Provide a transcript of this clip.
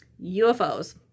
UFOs